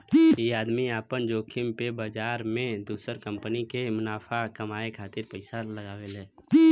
ई आदमी आपन जोखिम पे बाजार मे दुसर कंपनी मे मुनाफा कमाए खातिर पइसा लगावेला